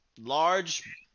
Large